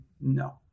no